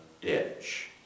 ditch